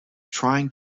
trying